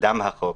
קדם החוק,